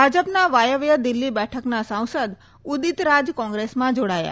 ભાજપના વાયવ્ય દિલ્હી બેઠકના સાંસદ ઉદીત રાજ કોંગ્રેસમાં જોડાયા